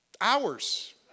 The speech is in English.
hours